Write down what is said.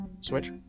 Switch